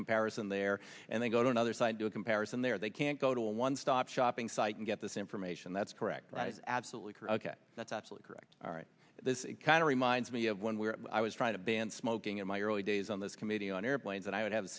comparison there and then go to another site do a comparison there they can't go to a one stop shopping site and get this information that's correct absolutely correct that that's absolutely correct all right this kind of reminds me of one where i was trying to ban smoking in my early days on this committee on airplanes and i would have